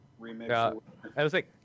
remix